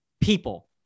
people